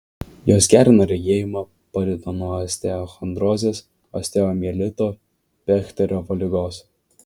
jos gerina regėjimą padeda nuo osteochondrozės osteomielito bechterevo ligos